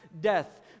death